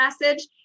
message